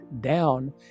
down